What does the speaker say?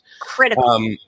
Critical